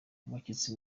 umushyitsi